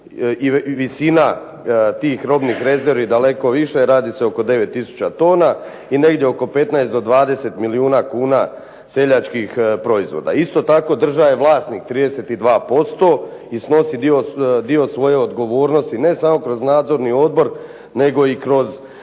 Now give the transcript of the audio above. i visina tih robnih rezervi daleko više. Radi se oko 9000 tona i oko 15 do 20 milijuna kuna seljačkih proizvoda. Isto tako, država je vlasnik 32% i snosi dio svoje odgovornosti ne samo kroz nadzorni odbor, nego i kroz